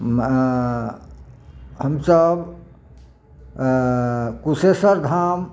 हमसब कुशेश्वर धाम